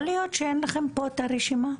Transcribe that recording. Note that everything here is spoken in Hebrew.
יכול להיות שאין לכם פה את הרשימה?